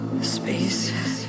Space